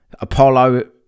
Apollo